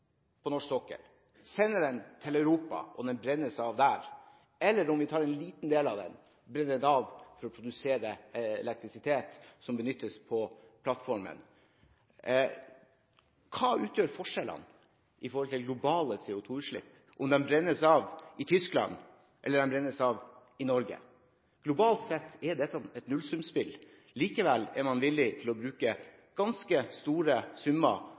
på norsk sokkel, sender den til Europa og den brennes av der, eller om vi tar en liten del av den og brenner av for å produsere elektrisitet som benyttes på plattformene – hvilken forskjell utgjør det om de globale CO2-utslippene brennes av i Tyskland eller i Norge? Globalt sett er dette et nullsumspill. Likevel er man villig til å bruke ganske store summer